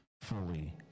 fully